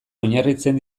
oinarritzen